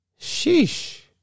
Sheesh